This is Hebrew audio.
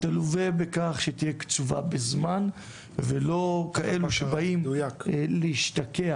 תלווה בכך שתהיה קצובה בזמן ולא כאלו שבאים להשתקע